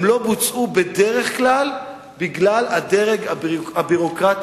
הם לא בוצעו בדרך כלל בגלל הדרג הביורוקרטי,